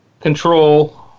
control